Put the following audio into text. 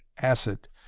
acid